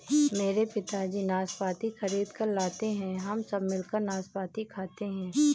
मेरे पिताजी नाशपाती खरीद कर लाते हैं हम सब मिलकर नाशपाती खाते हैं